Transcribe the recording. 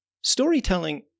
Storytelling